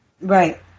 Right